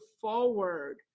forward